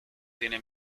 tiene